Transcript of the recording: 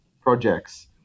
projects